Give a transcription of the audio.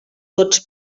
tots